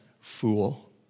fool